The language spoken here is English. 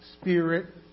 spirit